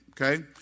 okay